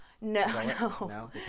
No